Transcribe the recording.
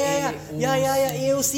A O C